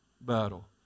battle